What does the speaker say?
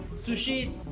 sushi